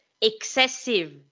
excessive